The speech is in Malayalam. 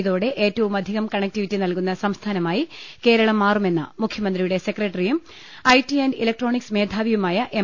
ഇതോടെ ഏറ്റവുമധികം കണക്ടിവിറ്റി നൽകുന്ന സംസ്ഥാ നമായി കേരളം മാറുമെന്ന് മുഖ്യമന്ത്രിയുടെ സെക്രട്ടറിയും ഐടി ആന്റ് ഇലക്ട്രോണിക്സ് മേധാവിയുമായ എം